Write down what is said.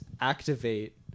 activate